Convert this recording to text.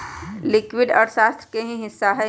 liquidity अर्थशास्त्र के ही हिस्सा हई